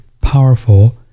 powerful